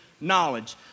knowledge